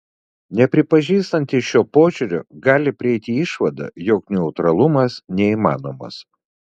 nepripažįstantys šio požiūrio gali prieiti išvadą jog neutralumas neįmanomas